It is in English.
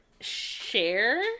share